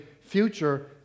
future